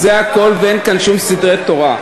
זה הכול, ואין כאן שום סתרי תורה.